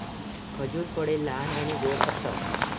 खजूर फळे लहान आणि गोड असतात